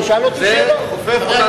זה חופף לאותה תקופה.